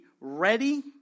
ready